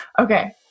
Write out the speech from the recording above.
Okay